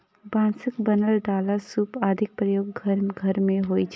बांसक बनल डाला, सूप आदिक प्रयोग घर घर मे होइ छै